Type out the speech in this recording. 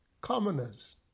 commoners